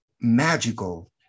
magical